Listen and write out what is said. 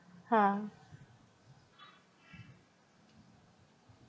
!huh!